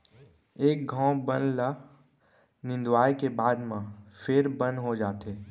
एक घौं बन ल निंदवाए के बाद म फेर बन हो जाथे